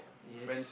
yes